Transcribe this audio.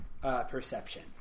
Perception